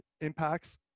impacts